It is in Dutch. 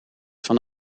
van